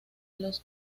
los